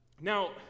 Now